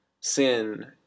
sin